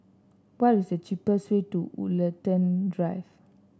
what is the cheapest way to Woollerton Drive